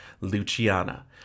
Luciana